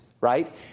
right